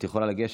את יכולה לגשת.